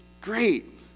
great